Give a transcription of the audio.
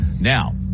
Now